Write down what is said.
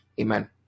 amen